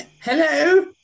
Hello